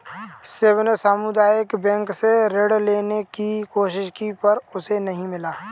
शिव ने सामुदायिक बैंक से ऋण लेने की कोशिश की पर उसे नही मिला